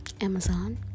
Amazon